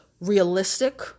realistic